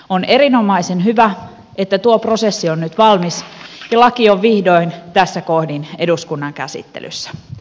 on erinomaisen hyvä että tuo prosessi on nyt valmis ja laki on vihdoin tässä kohdin eduskunnan käsittelyssä